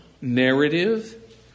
Narrative